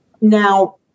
Now